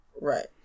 Right